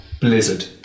blizzard